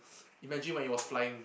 imagine when it was flying